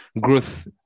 growth